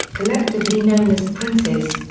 collectively known as princes.